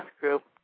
group